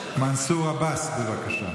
מנסור עבאס, בבקשה.